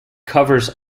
covers